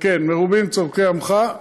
כן, מרובים צורכי עמך.